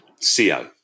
C-O